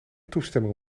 toestemming